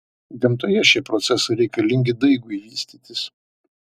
gamtoje šie procesai reikalingi daigui vystytis